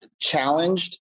challenged